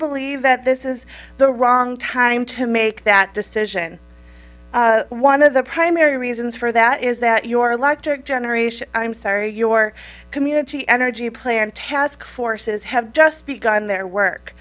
believe that this is the wrong time to make that decision one of the primary reasons for that is that your lector generation i'm sorry your community energy plan task forces have just begun their